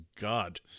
god